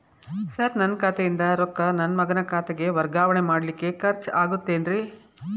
Sir ನನ್ನ ಖಾತೆಯಿಂದ ರೊಕ್ಕ ನನ್ನ ಮಗನ ಖಾತೆಗೆ ವರ್ಗಾವಣೆ ಮಾಡಲಿಕ್ಕೆ ಖರ್ಚ್ ಆಗುತ್ತೇನ್ರಿ?